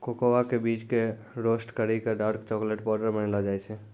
cocoa के बीज कॅ रोस्ट करी क डार्क चाकलेट पाउडर बनैलो जाय छै